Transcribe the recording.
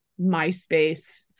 MySpace